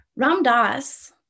Ramdas